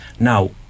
Now